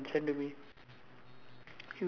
listen to me now right now listen to me